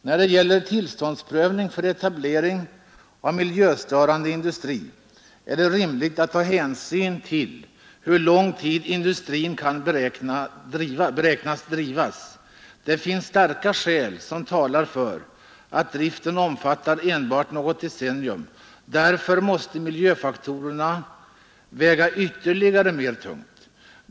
När det gäller tillståndsprövning för etablering av miljöstörande industri är det rimligt att ta hänsyn till hur lång tid industrin beräknas drivas. Finns starka skäl som talar för att driften omfattar enbart något decennium måste miljöfaktorerna väga ännu tyngre.